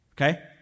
Okay